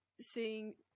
seeing